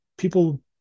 People